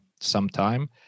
sometime